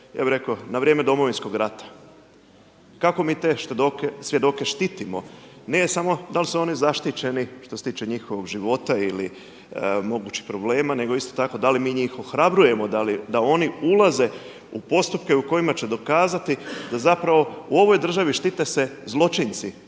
ja bih rekao na vrijeme Domovinskog rata. Kako mi te svjedoke štitimo? Ne samo da li su oni zaštićeni što se tiče njihovog života ili mogućih problema nego isto tako da li mi njih ohrabrujemo da oni ulaze u postupke u kojima će dokazati da zapravo u ovoj državi štite se zločinci,